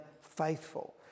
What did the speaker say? faithful